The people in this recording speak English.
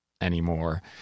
anymore